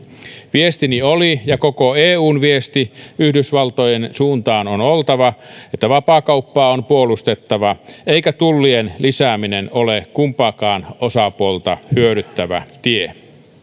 viestini oli ja koko eun viestin yhdysvaltojen suuntaan on oltava että vapaakauppaa on puolustettava eikä tullien lisääminen ole kumpaakaan osapuolta hyödyttävä tie